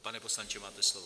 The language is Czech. Pane poslanče, máte slovo.